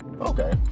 okay